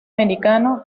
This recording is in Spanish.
mexicano